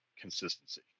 consistency